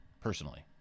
personally